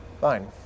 fine